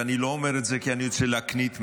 ואני לא אומר את זה כי אני רוצה להקניט מישהו,